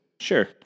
Sure